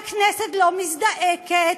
והכנסת לא מזדעקת,